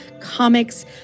comics